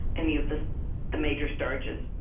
any of the the major starches,